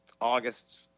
August